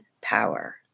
power